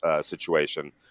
situation